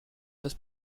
das